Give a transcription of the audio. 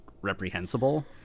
reprehensible